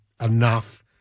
enough